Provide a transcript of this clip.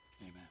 Amen